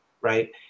right